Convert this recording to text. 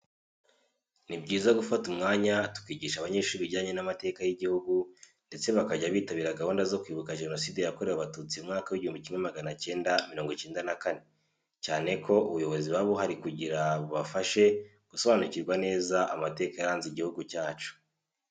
Ni byiza gufata umwanya tukigisha abanyeshuri ibijyanye n'amateka y'igihugu ndetse bakajya bitabira gahunda zo kwibuka Jenoside Yakorewe Abatutsi mu mwaka w'igihumbi kimwe magana cyenda mirongo icyenda na kane, cyane ko ubuyobozi buba buhari kugira bubafashe gusobanukirwa neza amateka yaranze igihugu cyacu.